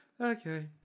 Okay